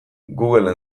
google